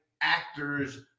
actors